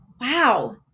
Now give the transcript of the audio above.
wow